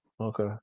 Okay